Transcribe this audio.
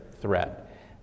threat